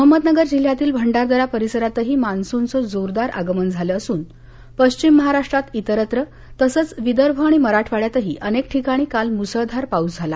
अहमदनगर जिल्ह्यातील भंडारदरा परिसरातही मान्सूनचं जोरदार आगमन झालं असून पश्चिम महाराष्ट्रात इतरत्र तसंच विदर्भ आणि मराठवाड्यातही अनेक ठिकाणी काल मुसळधार पाऊस झाला